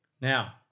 Now